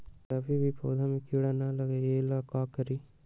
कभी भी पौधा में कीरा न लगे ये ला का करी?